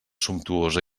sumptuosa